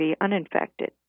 uninfected